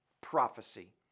prophecy